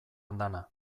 andana